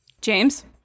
James